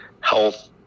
health